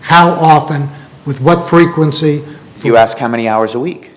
how often with what frequency if you ask how many hours a week